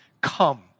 come